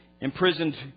imprisoned